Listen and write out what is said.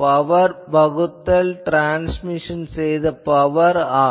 power வகுத்தல் transmission செய்த power எனவாகும்